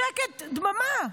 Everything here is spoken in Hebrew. שקט, דממה.